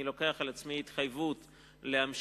אני לוקח על עצמי את ההתחייבות להמשיך